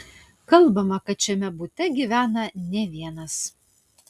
kalbama kad šiame bute gyvena ne vienas